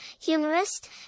humorist